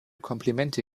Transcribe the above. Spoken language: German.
komplimente